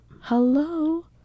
Hello